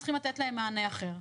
צריכים לתת להם מענה אחר.